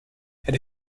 elle